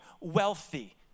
wealthy